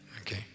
okay